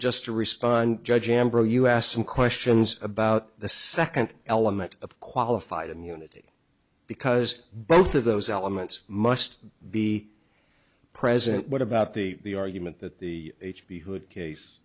just to respond judge amber us some questions about the second element of qualified immunity because both of those elements must be present what about the argument that the h b hood case